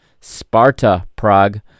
Sparta-Prague